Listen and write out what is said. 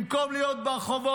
במקום להיות ברחובות,